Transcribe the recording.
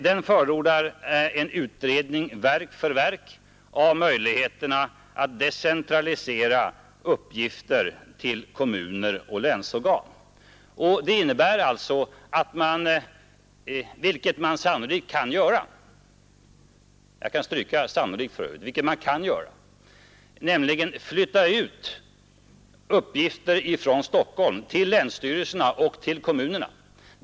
Den förordar en utredning verk för verk av möjligheterna att decentralisera uppgifter till kommuner och länsorgan, dvs. att flytta ut uppgifter från Stockholm till länsstyrelserna och till kommuner.